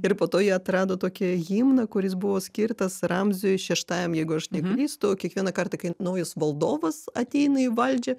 ir po to jie atrado tokį himną kuris buvo skirtas ramziui šeštajam jeigu aš neklystu kiekvieną kartą kai naujas valdovas ateina į valdžią